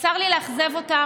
צר לי לאכזב אותך,